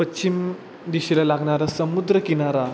पश्चिम दिशेला लागणारा समुद्रकिनारा